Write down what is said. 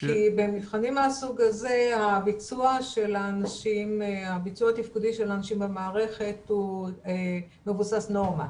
כי במבחנים מהסוג הזה הביצוע התפקודי של האנשים במערכת מבוסס נורמה,